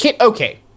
okay